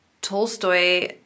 Tolstoy